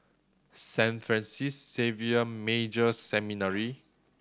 Saint Francis Xavier Major Seminary